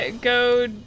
go